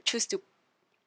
choose to